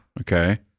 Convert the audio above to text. Okay